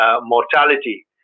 mortality